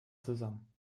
zusammen